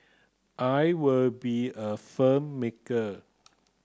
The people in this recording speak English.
I would be a filmmaker